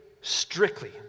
strictly